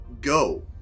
go